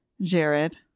Jared